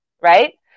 right